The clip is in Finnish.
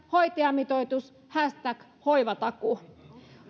hoitajamitoitus hoivatakuu